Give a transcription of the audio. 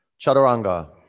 chaturanga